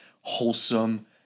wholesome